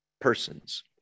persons